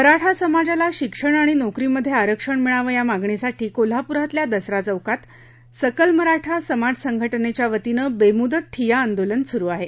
मराठा समाजाला शिक्षण आणि नोकरीमध्ये आरक्षण मिळावं या मागणीसाठी कोल्हापुरातल्या दसरा चौकात सकल मराठा समाज संघटनेच्या वतीनं बेमुदत ठिय्या आंदोलन सुरू आहे